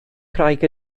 craig